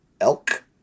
Elk